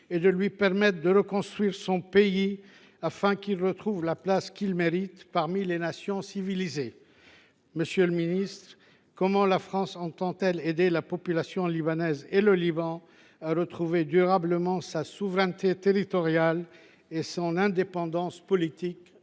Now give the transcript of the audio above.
et lui permette de reconstruire son pays afin qu’il retrouve la place qu’il mérite parmi les nations civilisées. Monsieur le ministre, comment la France entend elle aider la population libanaise ? Comment aidera t elle le Liban à retrouver durablement sa souveraineté territoriale et son indépendance politique ?